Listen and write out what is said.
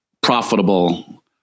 profitable